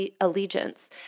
allegiance